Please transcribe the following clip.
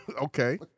Okay